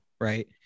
Right